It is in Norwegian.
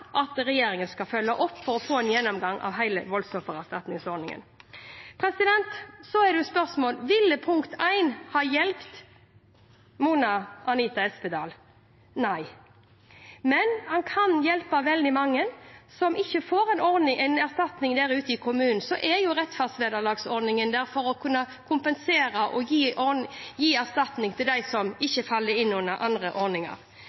at regjeringen skal følge opp det for å få en gjennomgang av hele voldsoffererstatningsordningen. Så er spørsmålet: Ville forslag 1 ha hjulpet Mona Anita Espedal? Nei, men man kan hjelpe veldig mange som ikke får erstatning i kommunen – da er rettferdsvederlagsordningen der for å kunne kompensere og gi erstatning til dem som ikke faller inn under andre ordninger.